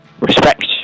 respect